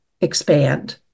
expand